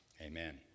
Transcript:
Amen